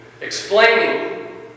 explaining